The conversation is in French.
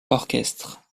orchestres